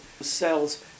cells